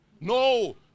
No